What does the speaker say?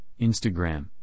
Instagram